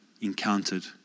encountered